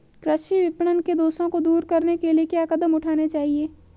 कृषि विपणन के दोषों को दूर करने के लिए क्या कदम उठाने चाहिए?